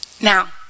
now